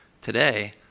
today